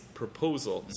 proposal